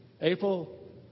April